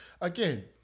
again